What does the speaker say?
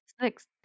next